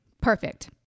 Perfect